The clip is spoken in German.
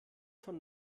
von